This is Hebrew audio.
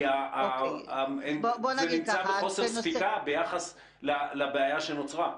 כי הם בריצה בחוסר ספיקה ביחס לבעיה שנוצרה.